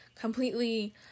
completely